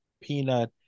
peanut